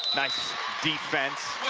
nice defense.